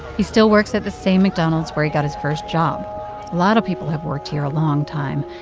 he still works at the same mcdonald's where he got his first job. a lot of people have worked here a long time,